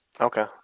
Okay